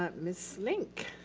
ah ms. link.